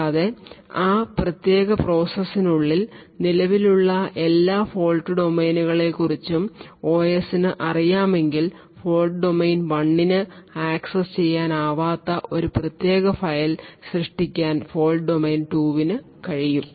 കൂടാതെ ആ പ്രത്യേക പ്രോസസ്സിനുള്ളിൽ നിലവിലുള്ള എല്ലാ ഫോൾട് ഡൊമെയ്നുകളെക്കുറിച്ചും ഒഎസിന് അറിയാമെങ്കിൽ ഫോൾട് ഡൊമെയ്ൻ 1 ന് ആക്സസ് ചെയ്യാനാകാത്ത ഒരു പ്രത്യേക ഫയൽ സൃഷ്ടിക്കാൻ ഫോൾട് ഡൊമെയ്ൻ 2 ന് കഴിയും